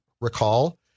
recall